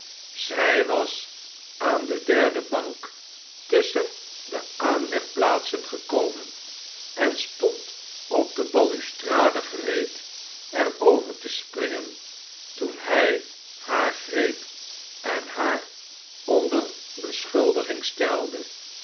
zy was aan de derde bank tusschen de aanlegplaatsen gekomen en stond op de balustrade gereed er over te springen toen hij haar greep en haar onder beschuldiging stelde